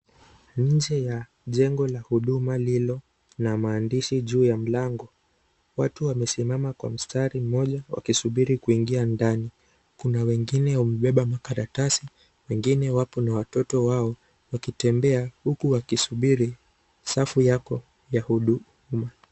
Nje ya jengo la huduma lililo na maandishi juu ya mlango. Watu wamesimama kwa mstari mmoja wakisubiri kuingia ndani. Kuna wengine wamebeba makaratasi wengine wapo na watoto wao wakitembea, huku wakisubiri safu yako ya huduma.